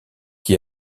qui